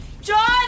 John